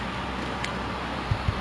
she's not really like into like